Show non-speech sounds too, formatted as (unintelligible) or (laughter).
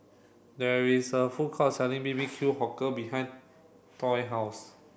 there is a food court selling B B Q (unintelligible) behind toilet house